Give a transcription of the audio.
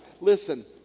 Listen